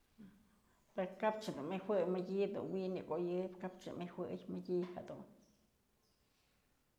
Pero kap ëch dun nëjuëy mëdyë dun wi'in yëk oyëp kapch yë nëjuëy, mëdyë jedun.